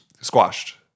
Squashed